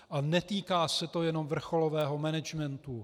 A netýká se to jenom vrcholového managementu.